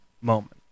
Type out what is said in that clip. moment